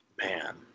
man